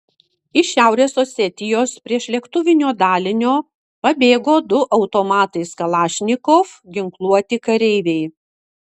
iš šiaurės osetijos priešlėktuvinio dalinio pabėgo du automatais kalašnikov ginkluoti kareiviai